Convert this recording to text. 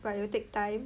but you will take time